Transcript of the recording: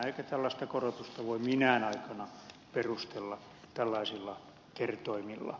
eikä tällaista korotusta voi minään aikana perustella tällaisilla kertoimilla